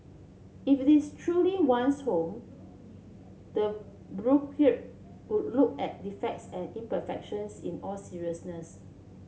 if it's truly one's home the would look at defects and imperfections in all seriousness